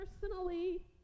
personally